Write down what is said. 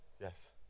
Yes